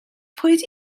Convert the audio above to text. pwy